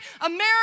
America